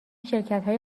شرکتهای